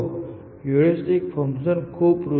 જો તમારું heuristic function સારું હશે તો તે મારી નજીક હશે